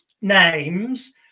names